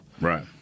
Right